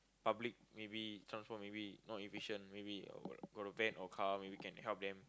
public maybe transport maybe not efficient maybe got a van or car maybe can help them